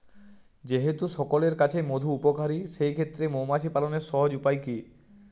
যেহেতু সকলের কাছেই মধু উপকারী সেই ক্ষেত্রে মৌমাছি পালনের সহজ উপায় কি?